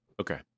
Okay